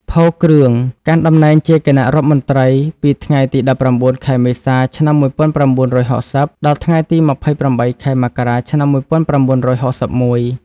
ផូ គ្រឿង កាន់តំណែងជាគណៈរដ្ឋមន្ត្រីពីថ្ងៃទី១៩ ខែមេសា ឆ្នាំ១៩៦០ ដល់ថ្ងៃទី ២៨ ខែមករា ឆ្នាំ១៩៦១។